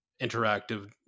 interactive